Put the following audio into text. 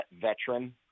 veteran